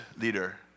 leader